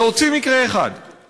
להוציא מקרה אחד,